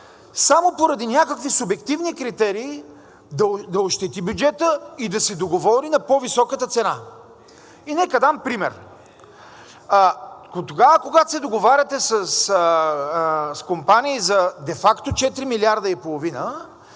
само поради някакви субективни критерии да ощети бюджета и да се договори на по-високата цена. И нека дам пример. Тогава, когато се договаряте с компании за де факто четири милиарда и половина,